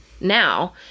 now